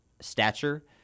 stature—